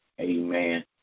Amen